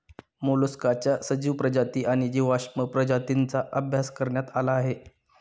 मोलस्काच्या सजीव प्रजाती आणि जीवाश्म प्रजातींचा अभ्यास करण्यात आला आहे